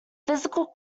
physical